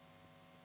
Hvala.